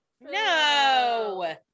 No